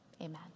amen